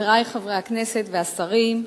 חברי חברי הכנסת והשרים,